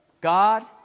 God